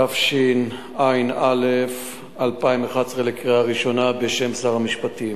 התשע"א 2011, לקריאה ראשונה, בשם שר המשפטים.